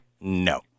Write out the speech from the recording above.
No